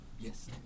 Yes